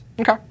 Okay